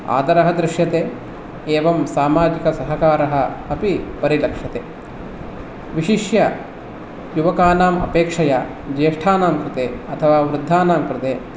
आदरः दृश्यते एवं सामाजिकसहकारः अपि परिलक्षते विशिष्य युवकानाम् अपेक्षया ज्येष्ठानां कृते अथवा वृद्धानां कृते